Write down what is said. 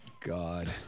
God